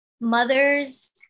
mothers